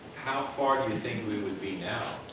how far do you think we would be now?